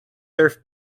surf